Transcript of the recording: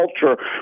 culture